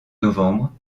novembre